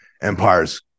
empires